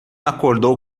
acordou